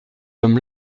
homme